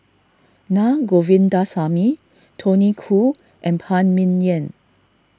Na Govindasamy Tony Khoo and Phan Ming Yen